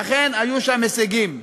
ואכן, היו שם הישגים.